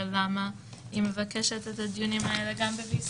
למה היא מבקשת את הדיונים האלה גם ב-VC.